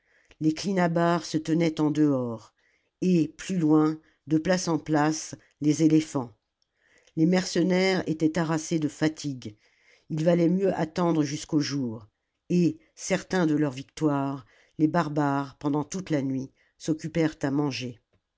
les clinabares se tenaient en dehors et plus loin de place en place les éléphants les mercenaires étaient harassés de fatigue il valait mieux attendre jusqu'au jour et certains de leur victoire les barbares pendant toute la nuit s'occupèrent à manger